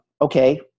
Okay